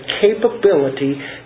capability